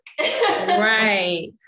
Right